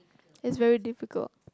is very difficult